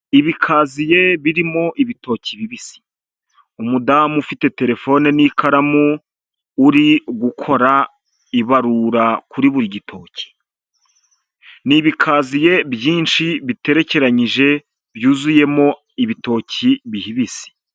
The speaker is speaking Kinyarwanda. Ibikaziye birimo ibitoki bibisi, umudamu ufite telefone n'ikaramu uri gukora ibarura kuri buri gitoki, ni ibikaziye byinshi biterekeranyije byuzuyemo ibitoki bibisi.